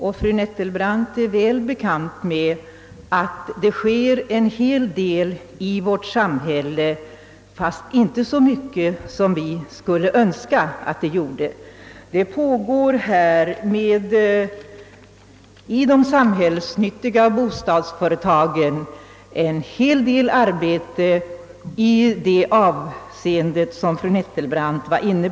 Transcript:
Det är väl bekant för fru Nettelbrandt att det sker åtskilligt i vårt samhälle, fastän inte så mycket som vi skulle önska. I de allmännyttiga bostadsföretagen pågår en hel del arbete i det avseende som fru Nettelbrandt berörde.